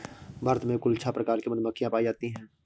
भारत में कुल छः प्रकार की मधुमक्खियां पायी जातीं है